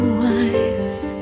wife